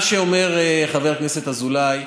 מה שאומר חבר הכנסת אזולאי,